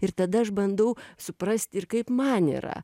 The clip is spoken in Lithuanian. ir tada aš bandau suprast ir kaip man yra